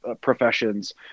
professions